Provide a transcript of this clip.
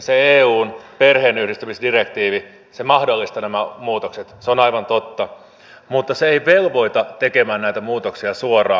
se että eun perheenyhdistämisdirektiivi mahdollistaa nämä muutokset on aivan totta mutta se ei velvoita tekemään näitä muutoksia suoraan